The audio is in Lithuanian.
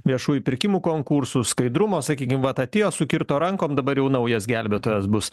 viešųjų pirkimų konkursų skaidrumo sakykim vat atėjo sukirto rankom dabar jau naujas gelbėtojas bus